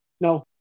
No